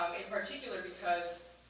in particular because